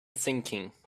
sinking